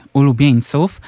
ulubieńców